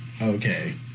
Okay